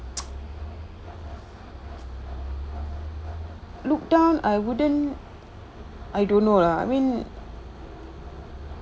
look down I wouldn't I don't know lah I mean